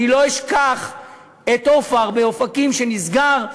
אני לא אשכח את "אופ-אר" באופקים שנסגר,